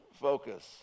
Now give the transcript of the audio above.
focus